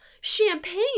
champagne